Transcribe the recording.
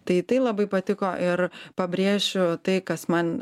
tai tai labai patiko ir pabrėšiu tai kas man